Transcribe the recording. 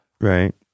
Right